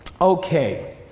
Okay